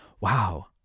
wow